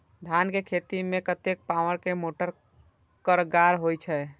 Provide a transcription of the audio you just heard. धान के खेती में कतेक पावर के मोटर कारगर होई छै?